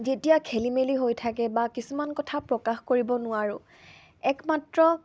যেতিয়া খেলি মেলি হৈ থাকে বা কিছুমান কথা প্ৰকাশ কৰিব নোৱাৰোঁ একমাত্ৰ